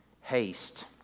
haste